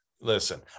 listen